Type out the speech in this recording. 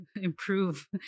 improve